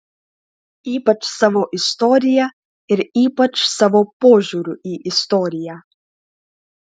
ypač savo istorija ir ypač savo požiūriu į istoriją